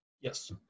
yes